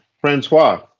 Francois